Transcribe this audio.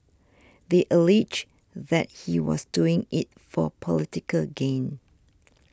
they alleged that he was doing it for political gain